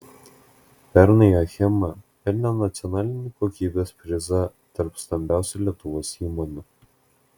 pernai achema pelnė nacionalinį kokybės prizą tarp stambiausių lietuvos įmonių